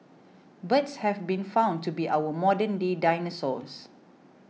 birds have been found to be our modernday dinosaurs